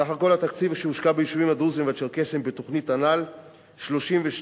סך התקציב שהושקע ביישובים הדרוזיים והצ'רקסיים בתוכנית הנ"ל הוא 32